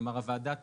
כלומר הוועדה תאשר,